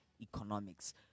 economics